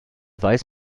weiß